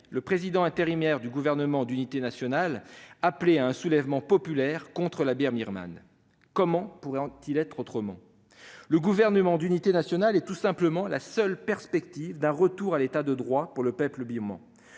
le président intérimaire du gouvernement d'unité nationale appelait à un soulèvement populaire contre l'armée birmane. Comment pourrait-il en être autrement ? Le gouvernement d'unité nationale représente tout simplement la seule perspective d'un retour à l'État de droit pour le peuple birman.